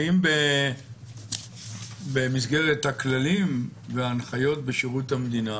האם במסגרת הכללים והנחיות בשירות המדינה